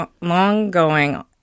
long-going